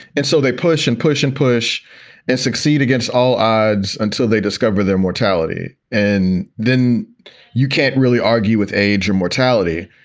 and so they push and push and push and succeed against all odds until they discover their mortality. and then you can't really argue with age or mortality.